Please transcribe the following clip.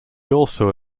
also